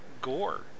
gore